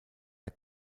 der